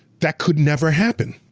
that could never happen.